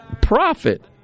profit